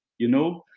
you know.